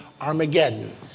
Armageddon